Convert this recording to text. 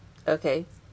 okay